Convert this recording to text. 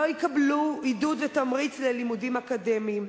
לא יקבלו עידוד ותמריץ ללימודים אקדמיים,